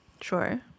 Sure